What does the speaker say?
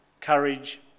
courage